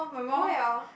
why ah